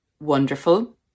wonderful